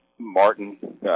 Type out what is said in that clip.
martin